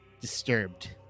disturbed